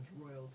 royalty